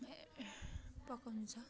पकाउनु छ